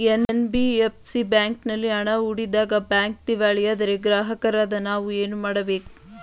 NBFC ಬ್ಯಾಂಕಿನಲ್ಲಿ ಹಣ ಹೂಡಿದಾಗ ಬ್ಯಾಂಕ್ ದಿವಾಳಿಯಾದರೆ ಗ್ರಾಹಕರಾದ ನಾವು ಏನು ಮಾಡಬೇಕು?